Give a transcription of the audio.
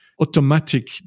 automatic